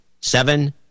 seven